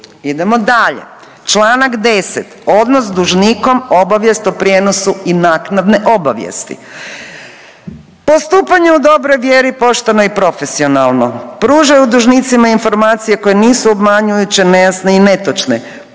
Idemo dalje, čl. 10., odnos s dužnikom, obavijest o prijenosu i naknadne obavijesti. Postupanje u dobroj vjeri pošteno i profesionalno pružaju dužnicima informacije koje nisu obmanjujuće, nejasne i netočne,